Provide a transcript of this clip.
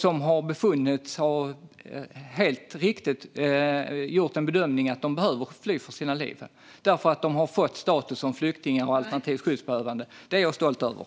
Vi har helt riktigt gjort bedömningen att om de har behövt fly för sina liv ska de ha status som flyktingar alternativt skyddsbehövande. Det är jag stolt över.